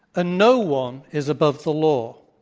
ah no one is above the law.